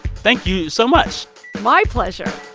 thank you so much my pleasure